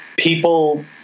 People